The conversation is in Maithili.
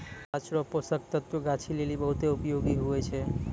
गाछ रो पोषक तत्व गाछी लेली बहुत उपयोगी हुवै छै